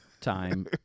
time